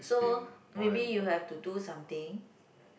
so maybe you have to do something